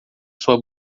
sua